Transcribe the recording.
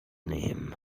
nehmen